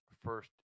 first